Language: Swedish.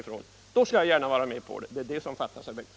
Sedan skall jag gärna vara med om det. Det är det som fattas, herr Bengtson.